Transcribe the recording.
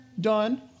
Done